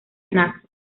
nazi